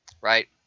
right